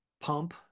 pump